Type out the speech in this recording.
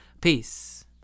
Peace